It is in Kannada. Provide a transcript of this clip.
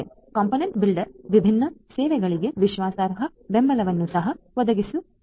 ಕಾಂಪೊನೆಂಟ್ ಬಿಲ್ಡರ್ ವಿಭಿನ್ನ ಸೇವೆಗಳಿಗೆ ವಿಶ್ವಾಸಾರ್ಹ ಬೆಂಬಲವನ್ನು ಸಹ ಒದಗಿಸಬೇಕಾಗುತ್ತದೆ